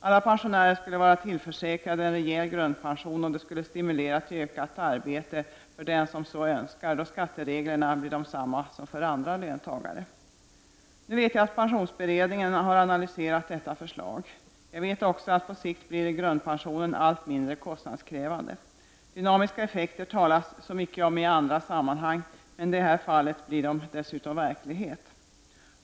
Alla pensionärer skulle vara tillförsäkrade en rejäl grundpension, och det skulle stimulera till ökat arbete för den som så önskar, då skattereglerna blir desamma som för andra löntagare. Nu vet jag att pensionsberedningen har analyserat detta förslag. Jag vet också att på sikt blir grundpensionen allt mindre kostnadskrävande. Dynamiska effekter talas det så mycket om i andra sammanhang, men i detta fall blir de dessutom verklighet.